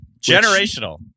Generational